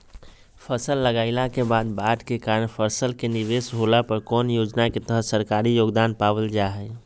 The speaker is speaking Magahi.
फसल लगाईला के बाद बाढ़ के कारण फसल के निवेस होला पर कौन योजना के तहत सरकारी योगदान पाबल जा हय?